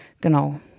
Genau